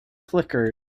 flickered